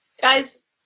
Guys